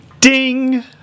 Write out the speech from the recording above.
ding